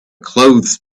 clothes